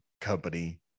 company